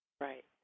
Right